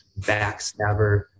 backstabber